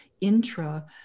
intra